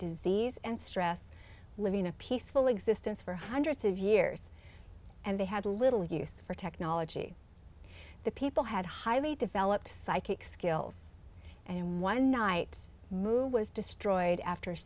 disease and stress living a peaceful existence for hundreds of years and they had little use for technology that people had highly developed psychic skills and one night move was destroyed after a